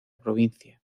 provincia